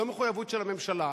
וזו מחויבות של הממשלה,